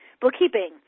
bookkeeping